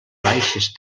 baixes